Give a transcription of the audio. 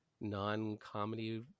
non-comedy